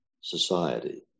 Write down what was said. society